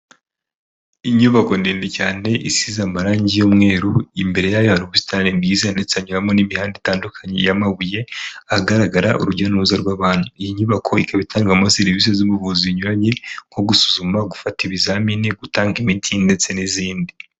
Inyubako ndende cyane isize amarangi y'umweru, imbere yayo hari ubusitani bwiza cyane ndetse buimo n'imihanda itandukanye y'amabuye ahagaragara urujya n'uruza rw'abantu, iyi nyubako ikaba itangirwamo serivisi z'ubuvuzi zinyuranye nko gusuzuma, gufata ibizamini gutanga imiti ndetse n'izindi.